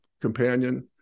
companion